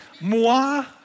Moi